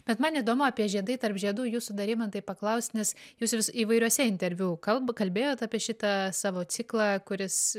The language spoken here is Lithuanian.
bet man įdomu apie žiedai tarp žiedų jūsų dar rimantai paklaust nes jūs vis įvairiuose interviu kalb kalbėjot apie šitą savo ciklą kuris